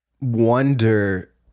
wonder